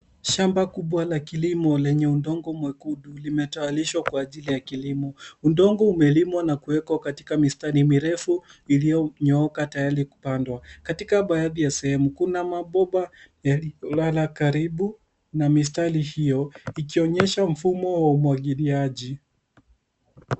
Shamba kubwa la kilimo lenye udongo mwekundu linatayarishwa kwa ajili ya kilimo. Udongo umelimwa na kuwekwa katika mistari mirefu iliyonyooka tayari kupandwa. Katika baadhi ya sehemu kuna mabomba yaliyolala karibu na mistari hio ikionyesha mfumo wa umwagiliaji.